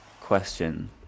question